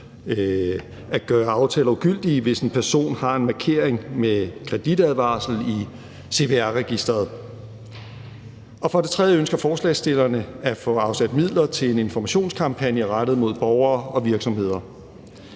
at gøre aftaler ugyldige, hvis en person har en markering med kreditadvarsel i CPR-registeret. For det tredje ønsker forslagsstillerne at få afsat midler til en informationskampagne rettet mod borgere og virksomheder.